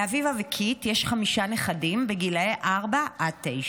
לאביבה וקית' יש חמישה נכדים בגילי ארבע עד תשע.